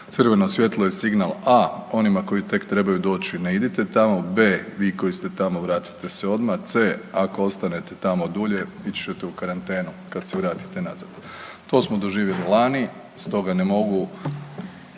Crveno svjetlo je signal a) onima koji tek trebaju doći, ne idite tamo, b) vi koji ste tamo vratite se odmah, c) ako ostanete tamo dulje ići ćete u karantenu kad se vratite nazad. To smo doživjeli lani, stoga ne mogu